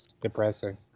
depressing